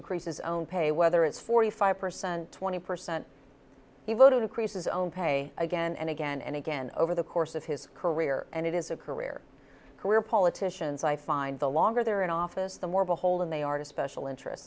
increase his own pay whether it's forty five percent twenty percent he voted of creases own pay again and again and again over the course of his career and it is a career career politicians i find the longer they are in office the more beholden they are to special interests